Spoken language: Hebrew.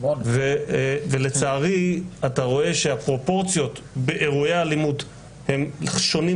ולצערי אתה רואה שהפרופורציות באירועי אלימות הם שונים